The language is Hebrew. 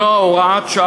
ביטוי בחוק הקולנוע (הוראת שעה),